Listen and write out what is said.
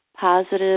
positive